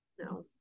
no